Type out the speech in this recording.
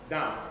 Down